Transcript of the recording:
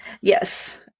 Yes